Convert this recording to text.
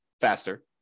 faster